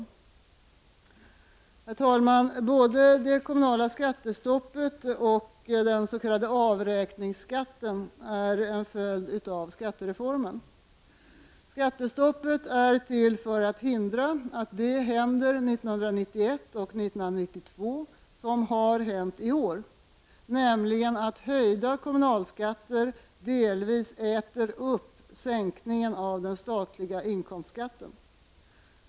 Herr talman! Både det kommunala skattestoppet och den s.k. avräkningsskatten är en följd av skattereformen. Skattestoppet är till för att hindra att det händer 1991 och 1992 som har hänt i år, nämligen att höjda kommunalskatter delvis äter upp sänkningen av den statliga inkomstskatten.